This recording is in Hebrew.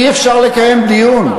אי-אפשר לקיים דיון.